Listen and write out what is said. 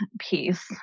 peace